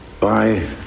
bye